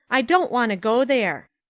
i don't want to go there.